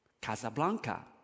Casablanca